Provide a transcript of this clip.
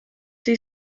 see